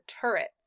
turrets